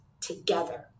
together